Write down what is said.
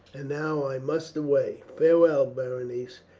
and now i must away. farewell, berenice!